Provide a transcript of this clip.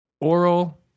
Oral